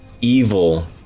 evil